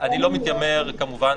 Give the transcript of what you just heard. אני לא מתיימר כמובן,